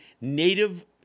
Native